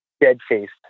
dead-faced